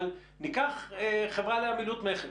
אבל ניקח חברה לעמילות מכס,